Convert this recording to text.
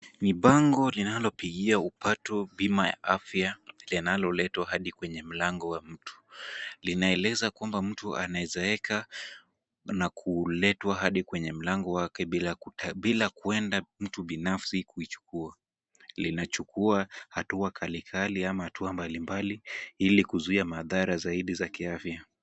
Ni bango linalopigia upato bima ya afya linaloletwa hadi kwenye mlango wa mtu. Linaeleza kwamba mtu anaweza eka na kuletwa hadi kwenye mlango wake bila kuenda mtu binafsi kuichukua. Linachukua hatua kali kali ama hatua mbalimbali ili kuzuia madhara zaidi za kiafya.